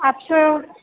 આપશો એવું